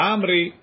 Amri